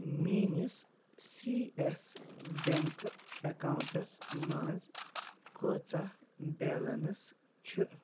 میٛٲنِس سی اٮ۪س بٮ۪نٛک اٮ۪کاوُنٛٹَس منٛز کۭژاہ بیلَنٕس چھِ